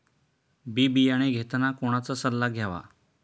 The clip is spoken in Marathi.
बी बियाणे घेताना कोणाचा सल्ला घ्यावा?